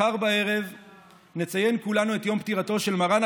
מחר בערב נציין כולנו את יום פטירתו של מרן,